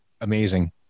amazing